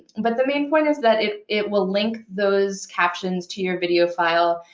but the main point is that it it will link those captions to your video file,